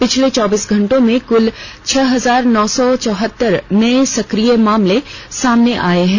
पिछले चौबीस घंटो में कुल छह हजार नौ सौ चौहतर नये सक्रिय मामले सामने आए हैं